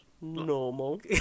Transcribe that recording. normal